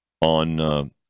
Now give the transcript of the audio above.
on –